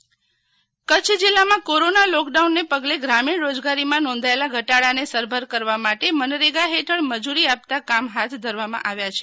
શિતલ વૈશ્નવ મનરેગા કચ્છ જિલ્લા માં corona lock ને પગલે ગ્રામીણ રોજગારી માં નોંધાયેલા ઘટાડા ને સરભર કરવા માટે મનરેગા હેઠળ મજૂરી આપતા કામ હાથ ધરવામાં આવ્યા છે